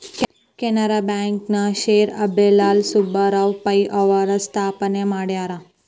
Canara bank ನ ಶ್ರೇ ಅಂಬೇಲಾಲ್ ಸುಬ್ಬರಾವ್ ಪೈ ಅವರು ಸ್ಥಾಪನೆ ಮಾಡ್ಯಾರ